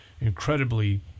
incredibly